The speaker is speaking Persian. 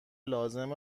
لازم